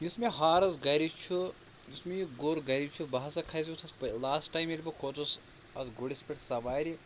یُس مےٚ ہارَس گَرِ چھُ یُس مےٚ یہِ گُر گَرِ چھُ بہٕ ہسا کھژیوتھَس لاسٹ ٹایم ییٚلہِ بہٕ کھوٚتُس اَتھ گُرِس پٮ۪ٹھ سَوارِ